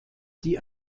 die